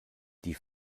die